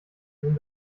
nun